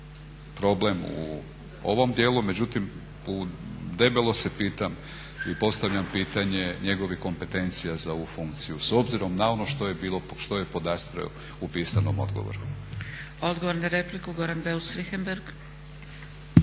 problem u ovom dijelu, međutim debelo se pitam i postavljam pitanje njegovih kompetencija za ovu funkciju s obzirom na ono što je podastro u pisanom odgovoru. **Zgrebec, Dragica (SDP)** Odgovor na repliku, Goran Beus Richembergh.